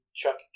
Chuck